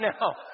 now